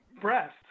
breast